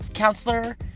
counselor